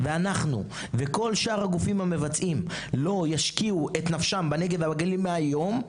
אנחנו וכל שאר הגופים המבצעים לא נשקיע את נפשנו בנגב והגליל מהיום,